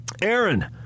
Aaron